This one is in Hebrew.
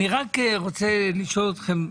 אני רק רוצה לשאול אתכם: